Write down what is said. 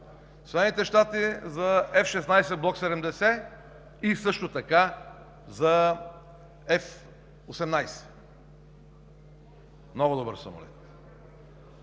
Съединените щати – за F-16 Block 70 и също така за F 18 – много добър самолет,